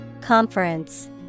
conference